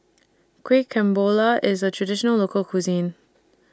Kueh Kemboja IS A Traditional Local Cuisine